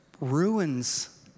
ruins